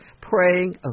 Praying